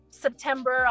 september